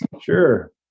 Sure